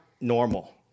normal